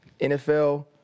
NFL